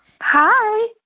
hi